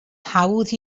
hawdd